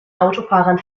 autofahrern